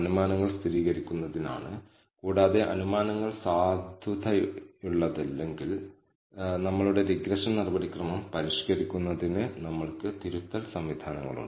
അതിനാൽ ഈ statistic F 0 ഉപയോഗിച്ച് ഇപ്പോൾ ഒരു ഹൈപ്പോതെസിസ് ടെസ്റ്റ് നടത്തണമെങ്കിൽ എഫ് ഡിസ്ട്രിബ്യൂഷനിൽ നിന്നുള്ള നിർണായക മൂല്യവുമായി നമ്മൾ F 0 നെ താരതമ്യം ചെയ്യുന്നു